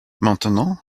maintenant